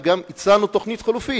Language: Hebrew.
וגם הצענו תוכנית חלופית,